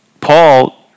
Paul